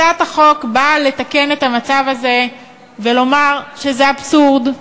הצעת החוק באה לתקן את המצב הזה ולומר שזה אבסורד,